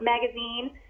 magazine